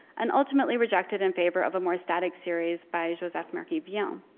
and ultimately rejected in favor of a more static series by josephe marquis villain.